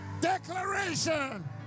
declaration